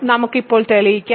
നമുക്ക് ഇപ്പോൾ തെളിയിക്കാം